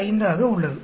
895 ஆக உள்ளது